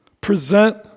Present